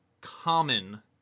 common